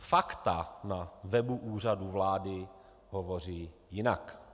Fakta na webu Úřadu vlády hovoří jinak.